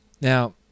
Now